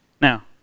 Now